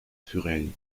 furiani